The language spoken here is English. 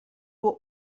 were